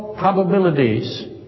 probabilities